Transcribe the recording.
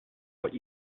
what